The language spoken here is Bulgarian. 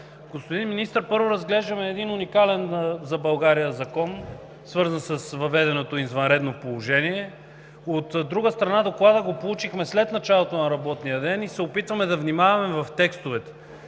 Господин Министър, първо разглеждаме един уникален за България закон, свързан с въведеното извънредно положение. От друга страна, Доклада го получихме след началото на работния ден и се опитваме да внимаваме в текстовете.